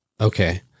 okay